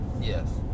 Yes